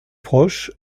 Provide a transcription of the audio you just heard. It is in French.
proches